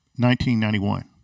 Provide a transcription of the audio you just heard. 1991